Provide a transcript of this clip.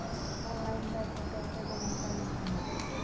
Online पैसा कैसे जमा करें बताएँ?